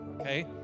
Okay